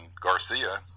Garcia